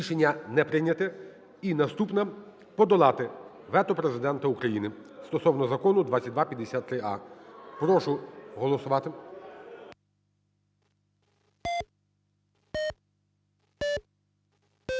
Рішення не прийняте. І наступне – подолати вето Президента України стосовно Закону 2253а. Прошу голосувати.